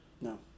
No